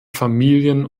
familien